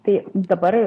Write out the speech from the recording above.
tai dabar